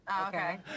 okay